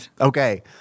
Okay